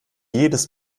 jedes